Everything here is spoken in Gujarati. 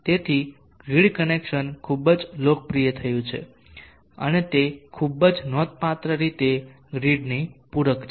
તેથી ગ્રીડ કનેક્શન ખૂબ જ લોકપ્રિય થયું છે અને તે તે ખૂબ જ નોંધપાત્ર રીતે ગ્રીડની પૂરક છે